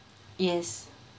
yes